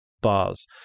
bars